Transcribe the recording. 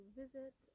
visit